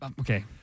Okay